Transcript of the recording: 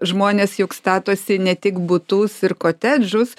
žmonės juk statosi ne tik butus ir kotedžus